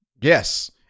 Yes